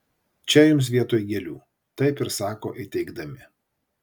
čia jums vietoj gėlių taip ir sako įteikdami